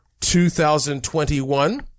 2021